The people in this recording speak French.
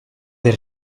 des